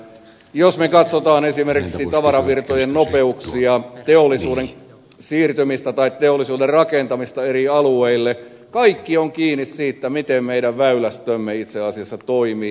jos me katsomme esimerkiksi tavaravirtojen nopeuksia teollisuuden siirtymistä tai teollisuuden rakentamista eri alueille itse asiassa kaikki on kiinni siitä miten meidän väylästömme toimii